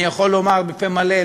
אני יכול לומר בפה מלא,